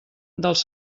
dels